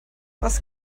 was